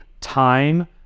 time